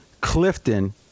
Clifton